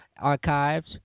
archives